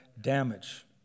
damage